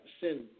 sin